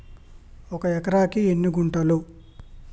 ఒక ఎకరానికి ఎన్ని గుంటలు?